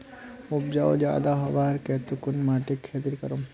उपजाऊ ज्यादा होबार केते कुन माटित खेती करूम?